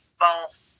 false